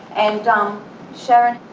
and sharron,